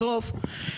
בסוף,